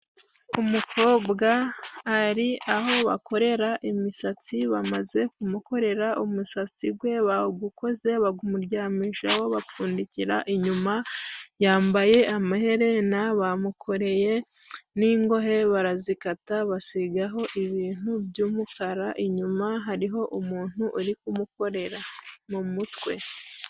Umukobwa ari aho bakorera imisatsi bamaze kumukorera umusatsi gwe, bagukoze bagumuryamishaho bapfundikira inyuma, yambaye amaherena, bamukoreye n'ingohe barazikata basigaho ibintu by'umukara, inyuma hariho umuntu uri kumukorera mu mutwe.